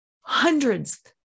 hundreds